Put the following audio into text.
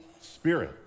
Spirit